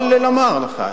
אני יכול לומר לך,